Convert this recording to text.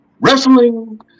wrestling